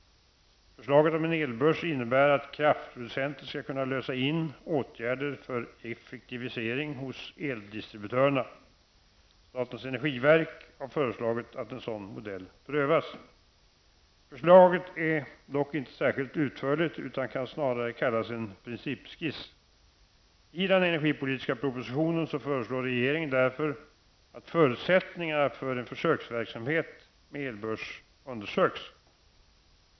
Förslaget om en elbörs innebär att kraftproducenter skall kunna lösa in åtgärder för effektivisering hos eldistributörerna. Statens energiverk har föreslagit att en sådan modell prövas. Förslaget är dock inte särskilt utförligt, utan kan snarare kallas en principskiss. I den energipolitiska propositionen föreslår regeringen därför att förutsättningarna för en försöksverksamhet med elbörs undersöks.